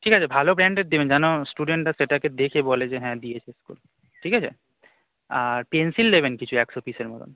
ঠিক আছে ভালো ব্র্যান্ডের দেবেন যেন স্টুডেন্টরা সেটাকে দেখে বলে যে হ্যাঁ দিয়েছে করে ঠিক আছে আর পেন্সিল দেবেন কিছু একশো পিসের মতোন